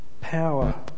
power